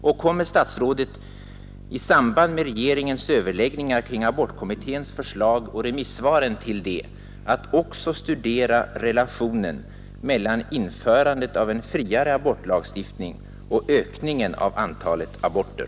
Och kommer statsrådet att i samband med regeringens överläggningar kring abortkommitténs förslag och remissvaren till detta att också studera relationen mellan införandet av en friare abortlagstiftning och ökningen av antalet aborter?